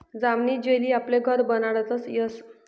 जामनी जेली आपले घर बनाडता यस